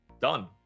Done